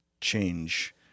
change